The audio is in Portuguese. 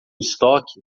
estoque